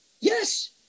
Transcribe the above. Yes